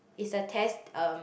is a test um